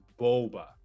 Boba